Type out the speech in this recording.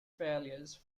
failures